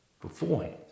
beforehand